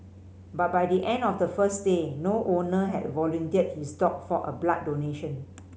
but by the end of the first day no owner had volunteered his dog for a blood donation